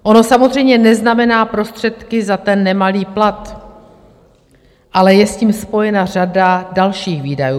Ono to samozřejmě neznamená prostředky za ten nemalý plat, ale je s tím spojena řada dalších výdajů.